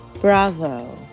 bravo